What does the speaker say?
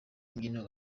imbyino